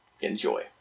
enjoy